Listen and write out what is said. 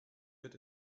wird